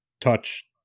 touch